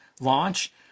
launch